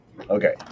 Okay